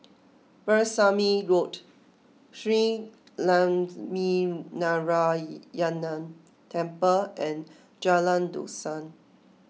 Veerasamy Road Shree Lakshminarayanan Temple and Jalan Dusun